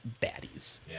baddies